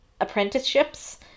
apprenticeships